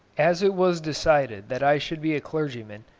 as it was decided that i should be a clergyman,